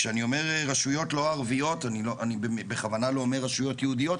כשאני אומר רשויות לא ערביות אני בכוונה לא אומר רשויות יהודיות,